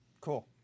Cool